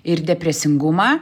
ir deprisingumą